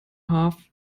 half